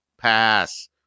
pass